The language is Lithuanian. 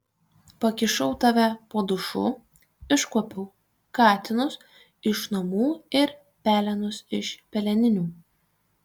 pakišau tave po dušu iškuopiau katinus iš namų ir pelenus iš peleninių